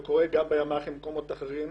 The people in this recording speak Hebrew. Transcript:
זה קורה גם בימ"חים ובמקומות האחרים.